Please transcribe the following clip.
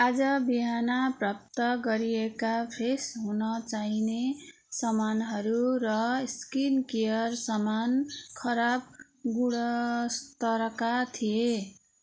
आज बिहान प्राप्त गरिएका फ्रेस हुन चाहिने सामानहरू र स्किन केयर सामान खराब गुणस्तरका थिए